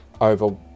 over